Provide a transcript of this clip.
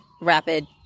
rapid